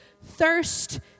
thirst